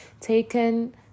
taken